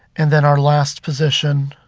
and then our last position,